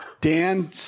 Dan